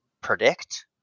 predict